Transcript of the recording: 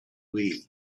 wii